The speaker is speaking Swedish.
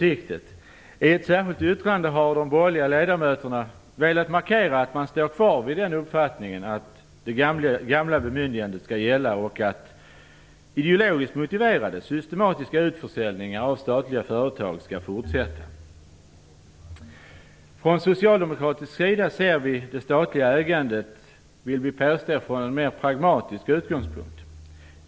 I ett särskilt yttrande har de borgerliga ledamöterna velat markera att man står kvar vid uppfattningen att det gamla bemyndigandet skall gälla och att de ideologiskt motiverade systematiska utförsäljningarna av statliga företag skall fortsätta. Vi vill från socialdemokratisk sida påstå att vi ser det statliga ägandet från en mer pragmatisk utgångspunkt.